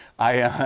i